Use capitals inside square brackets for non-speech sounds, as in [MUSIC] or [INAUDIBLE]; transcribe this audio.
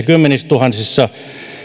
[UNINTELLIGIBLE] kymmenillätuhansilla